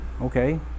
Okay